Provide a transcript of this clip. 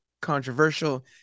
controversial